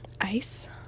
ice